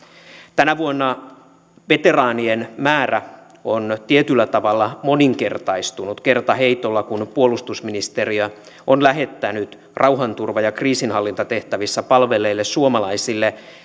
tänä vuonna veteraanien määrä on tietyllä tavalla moninkertaistunut kertaheitolla kun puolustusministeriö on lähettänyt rauhanturva ja kriisinhallintatehtävissä palvelleille suomalaisille